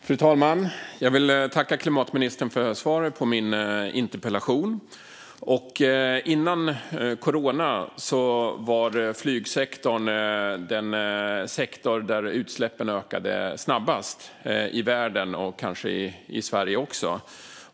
Fru talman! Jag vill tacka klimatministern för svaret på min interpellation. Innan corona kom var flygsektorn den sektor där utsläppen ökade snabbast i världen och kanske också i Sverige.